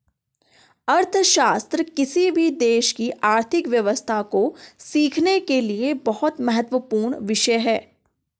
अर्थशास्त्र किसी भी देश की आर्थिक व्यवस्था को सीखने के लिए बहुत महत्वपूर्ण विषय हैं